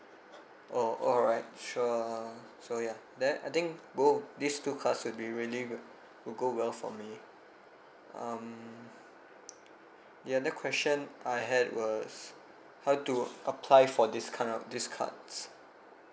oh alright sure so yeah then I think both these two cards would be really good will go well for me um the other question I had was how to apply for this kind of these cards